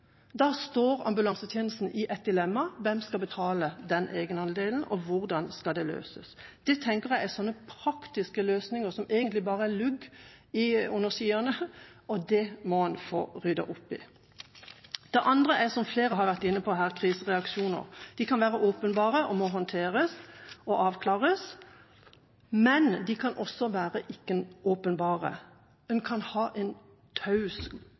Da står ambulansetjenesten i et dilemma: Hvem skal betale egenandelen, og hvordan skal det løses? Det tenker jeg er sånne praktiske løsninger som egentlig bare er som lugging under skiene, og det må en få ryddet opp i. Det andre er, som flere har vært inne på, krisereaksjoner. De kan være åpenbare og må håndteres og avklares, men det kan også være at de ikke er åpenbare, en kan ha en